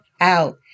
out